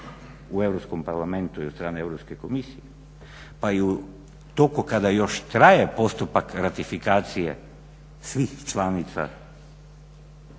u Europskom parlamentu i od strane Europske komisije, pa i u toku kada još traje postupak ratifikacije svih članica